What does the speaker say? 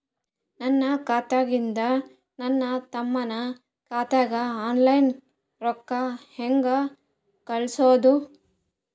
ನನ್ನ ಖಾತಾದಾಗಿಂದ ನನ್ನ ತಮ್ಮನ ಖಾತಾಗ ಆನ್ಲೈನ್ ರೊಕ್ಕ ಹೇಂಗ ಕಳಸೋದು?